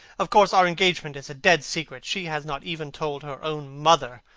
of course, our engagement is a dead secret. she has not even told her own mother.